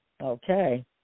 Okay